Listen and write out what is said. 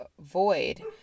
void